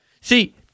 see